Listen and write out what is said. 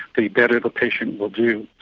the better the patient will do.